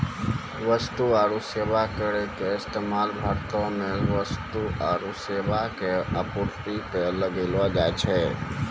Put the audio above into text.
वस्तु आरु सेबा करो के इस्तेमाल भारतो मे वस्तु आरु सेबा के आपूर्ति पे लगैलो जाय छै